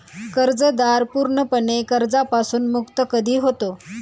कर्जदार पूर्णपणे कर्जापासून मुक्त कधी होतो?